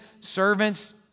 servants